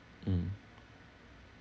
mm